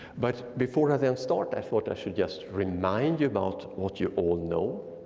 but before i then start, i thought i should just remind you about what you all know,